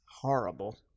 horrible